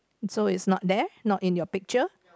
so it's not there not in your picture